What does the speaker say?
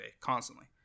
constantly